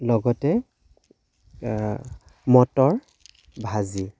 লগতে মটৰ ভাজি